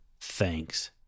Thanks